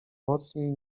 mocniej